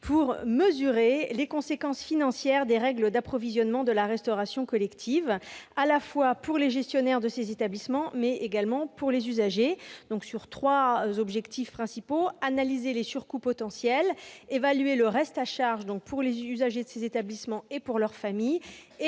-pour mesurer les conséquences financières des règles d'approvisionnement de la restauration collective, tant pour les gestionnaires des établissements que pour les usagers. Ce rapport aurait trois objectifs principaux : analyser les surcoûts potentiels ; évaluer le reste à charge pour les usagers et pour leurs familles